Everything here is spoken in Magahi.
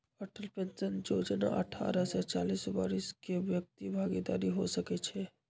अटल पेंशन जोजना अठारह से चालीस वरिस के व्यक्ति भागीदार हो सकइ छै